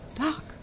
Doc